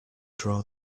draw